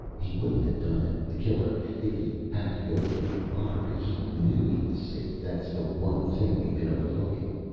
he wouldn't have done it the killer if he'd had to go through the lottery! he knew he was safe! that's the one thing we've been overlooking.